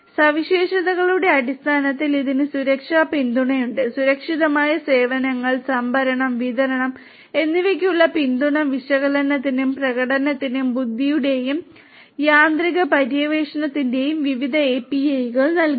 സവിശേഷതകളുടെ അടിസ്ഥാനത്തിൽ ഇതിന് സുരക്ഷാ പിന്തുണയുണ്ട് സുരക്ഷിതമായ സേവനങ്ങൾ സംഭരണം വിതരണം എന്നിവയ്ക്കുള്ള പിന്തുണ വിശകലനത്തിനും പ്രകടനത്തിന്റെയും ബുദ്ധിയുടെയും യാന്ത്രിക പര്യവേക്ഷണത്തിനും വിവിധ API കൾ നൽകുന്നു